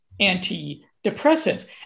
antidepressants